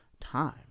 time